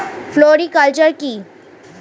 Floriculture কি?